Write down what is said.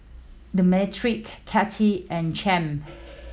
Demetri Kitty and Champ